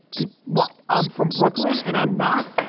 and what i'm from brooklyn and i'm not.